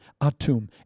Atum